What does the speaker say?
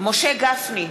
משה גפני,